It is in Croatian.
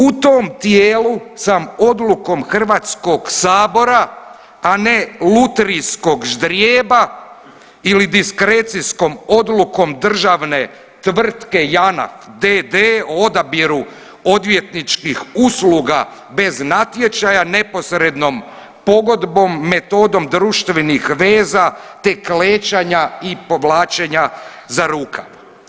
U tom tijelu sam odlukom HS-a, a ne lutrijskog ždrijeba ili diskrecijskom odlukom državne tvrtke Janaf d.d. o odabiru odvjetničkih usluga bez natječaja neposrednom pogodbom metodom društvenih veza te klečanja i povlačenja za rukav.